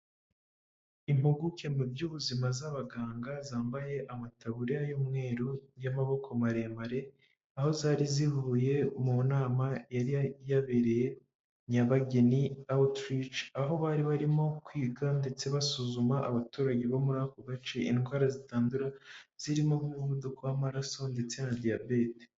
Impuguke mu by'ubuzima z'abaganga, zambaye amataburiya y'umweru y'amaboko maremare, aho zari zivuye mu nama yari yabereye Nyabageni Outreach, aho bari barimo kwiga ndetse basuzuma abaturage bo muri ako gace, indwara zitandura, zirimo nk'umuvuduko w'amaraso, ndetse na diyabete.